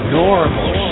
normal